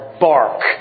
bark